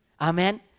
Amen